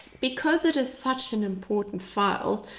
because it is such an important file,